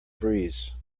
breeze